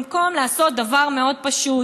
במקום לעשות דבר מאוד פשוט.